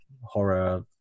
horror